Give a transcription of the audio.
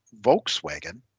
Volkswagen